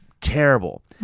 terrible